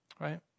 right